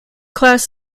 class